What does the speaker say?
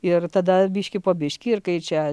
ir tada biškį po biškį ir kai čia